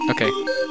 Okay